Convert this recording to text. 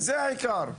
זה העיקר.